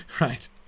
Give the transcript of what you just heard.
Right